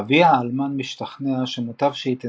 אביה האלמן משתכנע שמוטב שהיא תינשא,